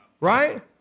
Right